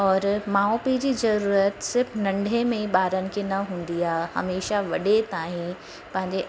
और माउ पीउ जी ज़रूरत सिर्फ़ु नंढे में ॿारनि खे न हूंदी आहे हमेशह वॾे ताईं पंहिंजे